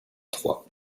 trois